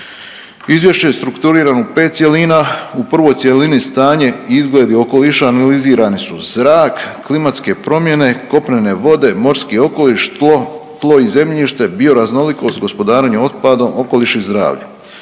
Izvješće je strukturirano u pet cjelina, u prvoj cjelini stanje i izgled okoliša analizirani su zrak, klimatske promjene, kopnene vode, morski okoliš, tlo, tlo i zemljište, bioraznolikost, gospodarenje otpadom, okoliš i zdravlje.